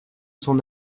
son